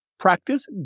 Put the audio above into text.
practice